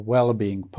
Wellbeing